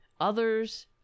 others